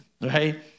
right